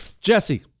Jesse